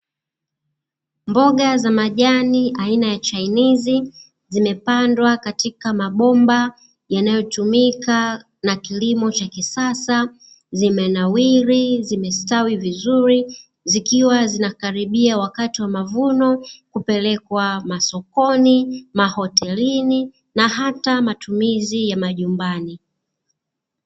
Mboga za majani aina ya chainizi, zimepandwa katika mabomba yanayotumika na kilimo cha kisasa. Zimenawiri, zimestawi vizuri, zikiwa zinakaribia wakati wa mavuno, kupelekwa masokoni, mahotelini na hata matumizi ya majumbani.